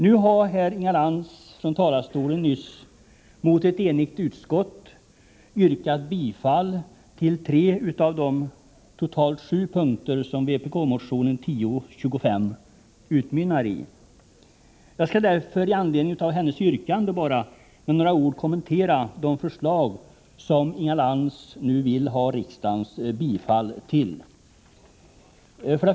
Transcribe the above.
Nu har Inga Lantz från talarstolen mot ett enigt utskott yrkat bifall till tre av de totalt sju punkter som vpk-motionen 1025 utmynnar i. Med anledning av hennes yrkande skall jag bara med några ord kommentera de förslag som Inga Lantz vill ha riksdagens bifall till.